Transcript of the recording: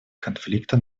конфликта